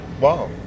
Wow